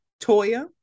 Toya